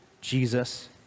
Jesus